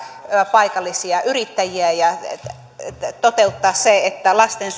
paikallisia yrittäjiä ja toteuttaa se että lasten